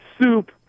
soup